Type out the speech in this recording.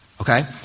okay